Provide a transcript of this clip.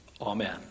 Amen